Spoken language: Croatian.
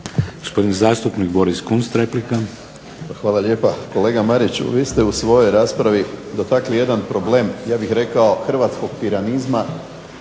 Hvala lijepa. Kolega Mariću vi ste u svojoj raspravi dotakli jedan problem ja bih rekao hrvatskog piranizma